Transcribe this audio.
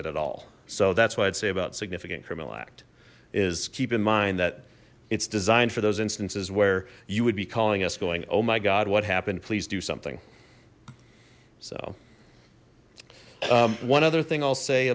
it at all so that's why i'd say about significant criminal act is keep in mind that it's designed for those instances where you would be calling us going oh my god what happened please do something so one other thing i'll say